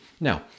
Now